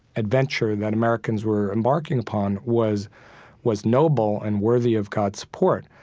adventure that americans were embarking upon was was noble and worthy of god's support.